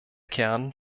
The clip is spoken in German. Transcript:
kern